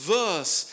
verse